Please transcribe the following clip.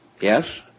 Yes